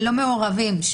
ללא מעורבים,